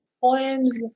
poems